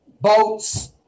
boats